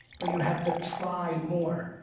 but you have to try more.